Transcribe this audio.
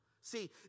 see